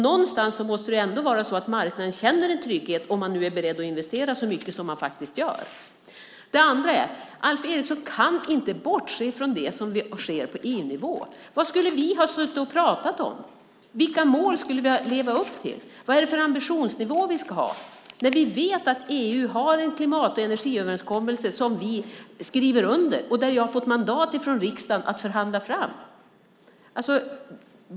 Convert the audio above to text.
Någonstans måste väl marknaden ändå känna trygghet om man är beredd att investera så mycket som man nu faktiskt gör. Det andra jag vill säga är att Alf Eriksson inte kan bortse från det som sker på EU-nivå. Vad skulle vi ha suttit och pratat om? Vilka mål skulle vi leva upp till? Vad är det för ambitionsnivå vi ska ha? Vi vet att EU har en klimat och energiöverenskommelse som vi skriver under och som jag fått mandat från riksdagen att förhandla fram.